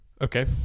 Okay